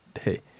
Hey